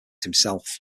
himself